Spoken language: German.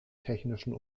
technischen